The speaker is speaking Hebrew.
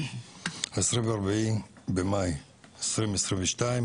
ה-24 במאי 2022,